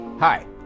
Hi